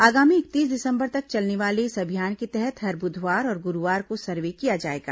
आगामी इकतीस दिसंबर तक चलने वाले इस अभियान के तहत हर बुधवार और गुरूवार को सर्वे किया जाएगा